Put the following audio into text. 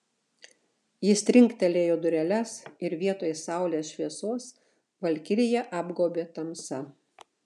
jis trinktelėjo dureles ir vietoj saulės šviesos valkiriją apgaubė tamsa